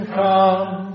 come